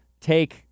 take